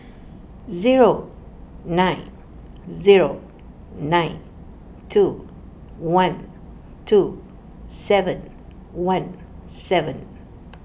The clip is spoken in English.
zero nine zero nine two one two seven one seven